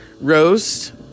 roast